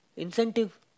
Incentive